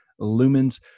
lumens